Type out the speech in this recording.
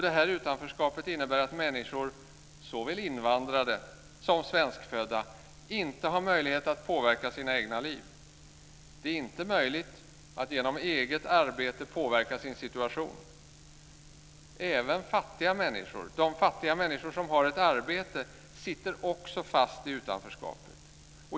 Detta utanförskap innebär att människor, såväl invandrare som svenskfödda, inte har möjlighet att påverka sina egna liv. Det är inte möjligt att genom eget arbete påverka sin situation. Även fattiga människor som har ett arbete sitter fast i utanförskapet.